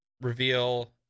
reveal